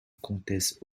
comtesse